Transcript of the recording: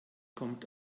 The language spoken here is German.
kommt